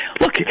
Look